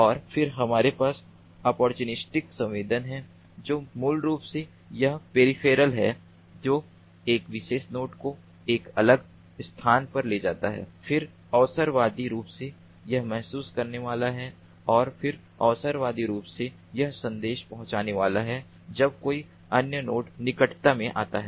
और फिर हमारे पास ऑप्पोरचुनिस्टिक संवेदन है जो मूल रूप से वह पेरीफेरल है जो एक विशेष नोड को एक अलग स्थान पर ले जाता है फिर अवसरवादी रूप से यह महसूस करने वाला है और फिर अवसरवादी रूप से यह संदेश पहुँचाने वाला है जब कोई अन्य नोड निकटता में आता है